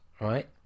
right